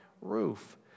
roof